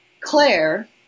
Claire